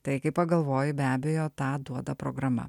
tai kai pagalvoji be abejo tą duoda programa